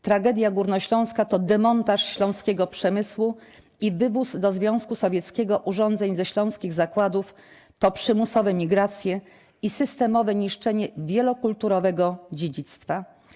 Tragedia Górnośląska to demontaż śląskiego przemysłu i wywóz do Związku Sowieckiego urządzeń ze śląskich zakładów, to przymusowe migracje i systemowe niszczenie wielokulturowego dziedzictwa.